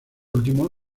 último